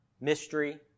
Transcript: mystery